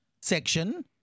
section